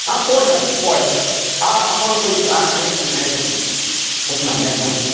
ஆ போடலாம் மேம் போடலாம் ஆ அமௌண்ட் கொஞ் ஆ yes ma'am yes ma'am yes ma'am yes ma'am